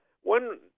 One